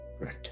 Right